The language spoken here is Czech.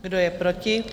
Kdo je proti?